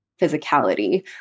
physicality